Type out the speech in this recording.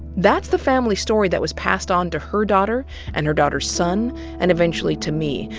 that's the family story that was passed on to her daughter and her daughter's son and eventually to me.